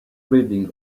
bleeding